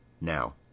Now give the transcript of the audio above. Now